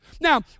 Now